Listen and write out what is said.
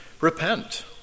repent